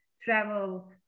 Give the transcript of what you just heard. travel